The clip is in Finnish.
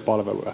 palveluja